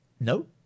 No